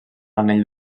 anell